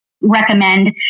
recommend